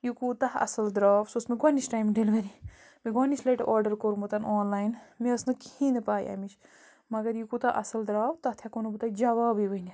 یہِ کوٗتاہ اَصٕل درٛاو سُہ اوس مےٚ گۄڈٕنِچ ٹایِم ڈِلؤری مےٚ گۄڈٕنِچ لَٹہِ آرڈَر کوٚرمُت آن لایِن مےٚ ٲس نہٕ کِہیٖنۍ نہٕ پَے اَمِچ مگر یہِ کوٗتاہ اَصٕل درٛاو تَتھ ہٮ۪کَو نہٕ بہٕ تۄہہِ جوابٕے ؤنِتھ